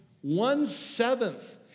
One-seventh